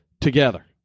together